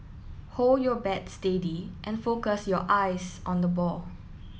hold your bat steady and focus your eyes on the ball